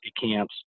camps